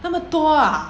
那么多 ah